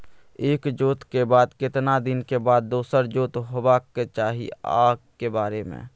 एक जोत के बाद केतना दिन के बाद दोसर जोत होबाक चाही आ के बेर?